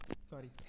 Sorry